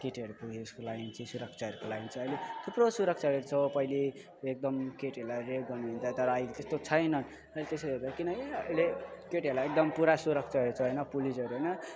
केटीहरूको उयसको लागि चाहिँ सुरक्षाहरूको लागि चाहिँ अहिले थुप्रो सुरक्षाहरू छ पहिले एकदम केटीहरूलाई रेप गर्ने हुन्थ्यो तर अहिले त्यस्तो छैन र त्यसरी हेर्दा किन ए अहिले केटीहरूलाई एकदम पुरा सुरक्षाहरू छ होइन पुलिसहरू होइन